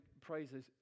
praises